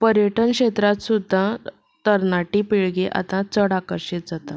पर्यटन क्षेत्रांक सुद्दा तरणाटी पिळगी आतां चड आकर्शीत जाता